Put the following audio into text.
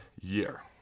year